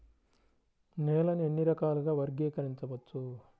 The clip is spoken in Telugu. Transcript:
నేలని ఎన్ని రకాలుగా వర్గీకరించవచ్చు?